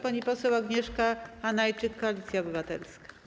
Pani poseł Agnieszka Hanajczyk, Koalicja Obywatelska.